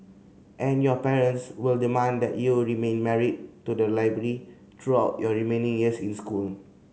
and your parents will demand that you remain married to the library throughout your remaining years in school